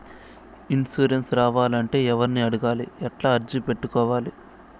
Insurance రావాలంటే ఎవర్ని అడగాలి? ఎట్లా అర్జీ పెట్టుకోవాలి?